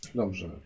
dobrze